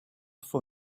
for